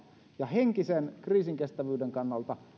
ja henkisen kriisinkestävyyden kannalta